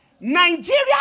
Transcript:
Nigeria